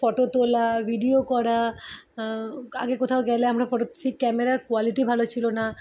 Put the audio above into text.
photo তোলা video করা আগে কোথাও গেলে আমরা ফটো সেই ক্যামেরার কোয়ালিটি ভালো ছিলো না